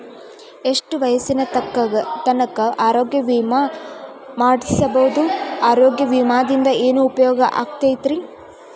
ಎಷ್ಟ ವಯಸ್ಸಿನ ತನಕ ಆರೋಗ್ಯ ವಿಮಾ ಮಾಡಸಬಹುದು ಆರೋಗ್ಯ ವಿಮಾದಿಂದ ಏನು ಉಪಯೋಗ ಆಗತೈತ್ರಿ?